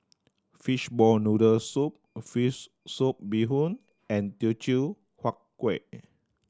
fishball noodle soup fish soup bee hoon and Teochew Huat Kuih